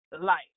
life